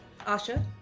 Asha